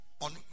on